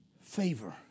favor